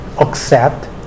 accept